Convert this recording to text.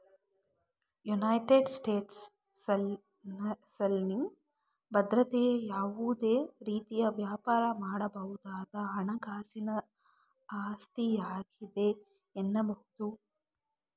United ಸ್ಟೇಟಸ್ನಲ್ಲಿ ಭದ್ರತೆಯು ಯಾವುದೇ ರೀತಿಯ ವ್ಯಾಪಾರ ಮಾಡಬಹುದಾದ ಹಣಕಾಸಿನ ಆಸ್ತಿಯಾಗಿದೆ ಎನ್ನಬಹುದು